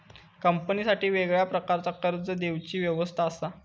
कंपनीसाठी वेगळ्या प्रकारचा कर्ज देवची व्यवस्था असा